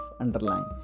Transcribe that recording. Underline